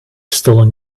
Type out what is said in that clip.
stolen